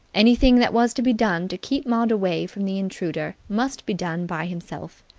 anything that was to be done to keep maud away from the intruder must be done by himself.